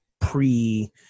pre